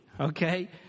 Okay